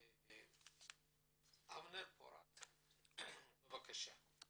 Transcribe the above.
אבנר פורת בבקשה.